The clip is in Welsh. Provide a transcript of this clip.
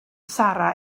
sarra